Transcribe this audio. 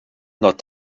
not